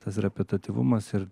tas repetativumas ir